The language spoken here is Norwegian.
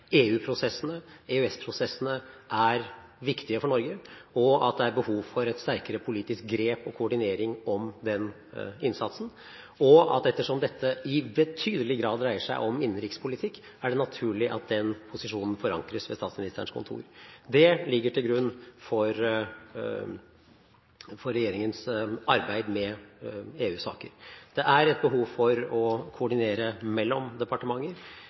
er viktige for Norge, og at det er behov for et sterkere politisk grep og koordinering av den innsatsen, og at det er naturlig – ettersom dette i betydelig grad dreier seg om innenrikspolitikk – at denne posisjonen forankres ved Statsministerens kontor. Dét ligger til grunn for regjeringens arbeid med EU-saker. Det er et behov for å koordinere mellom departementer,